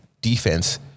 defense